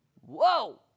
Whoa